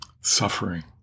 suffering